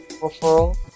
referral